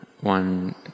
one